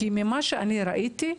כי ממה שאני ראיתי,